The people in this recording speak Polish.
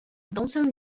dąsem